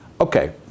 Okay